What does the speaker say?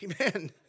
Amen